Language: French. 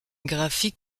graphique